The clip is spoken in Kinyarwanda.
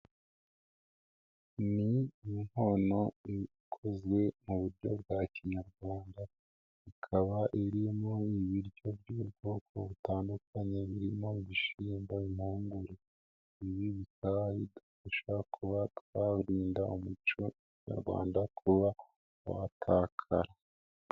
Ni inkono ikozwe mu buryo bwa kinyarwanda, ikaba irimo ibiryo by'ubwoko butandukanye birimo gushyimba bimuhugubi bita bidufasha kuba twarinda umuco Nyarwanda kuba watakara.